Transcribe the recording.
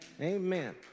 Amen